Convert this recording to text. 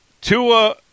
Tua